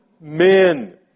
men